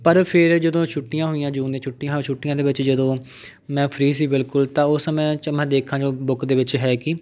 ਪਰ ਫਿਰ ਜਦੋਂ ਛੁੱਟੀਆਂ ਹੋਈਆਂ ਜੂਨ ਦੀਆਂ ਛੁੱਟੀਆਂ ਹਾਂ ਛੁੱਟੀਆਂ ਦੇ ਵਿੱਚ ਜਦੋਂ ਮੈਂ ਫ੍ਰੀ ਸੀ ਬਿਲਕੁਲ ਤਾਂ ਉਸ ਸਮੇਂ 'ਚ ਮੈਂ ਦੇਖਾਂ ਜੋ ਬੁੱਕ ਦੇ ਵਿੱਚ ਹੈ ਕੀ